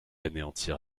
anéantir